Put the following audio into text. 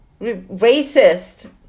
racist